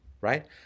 right